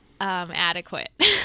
adequate